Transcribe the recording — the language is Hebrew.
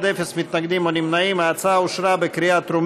ההצעה להעביר את הצעת חוק פיצוי לנפגעי פוליו (תיקון,